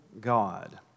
God